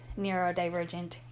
neurodivergent